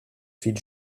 fit